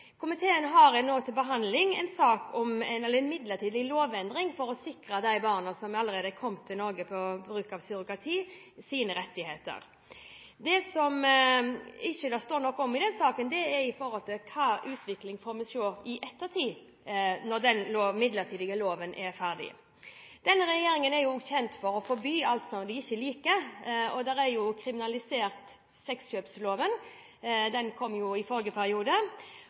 Komiteen har nå til behandling en sak om en midlertidig lovendring for å sikre rettighetene til de barna som allerede er kommet til Norge ved hjelp av surrogati. Det som det ikke står noe om i den saken, er hvilken utvikling vi vil se i ettertid, når den midlertidige loven opphører. Denne regjeringen er jo kjent for å forby alt som den ikke liker. Kriminalisering av sexkjøp – sexkjøploven – kom i forrige periode.